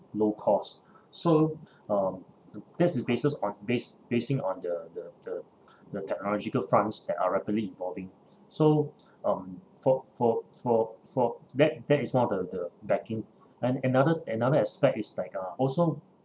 low cost so um that's the bases on base basing on the the the the technological fronts that are rapidly evolving so um for for for for that that is one of the the backing and another another aspect is like uh also